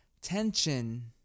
tension